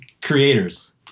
creators